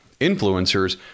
Influencers